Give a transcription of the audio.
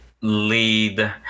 lead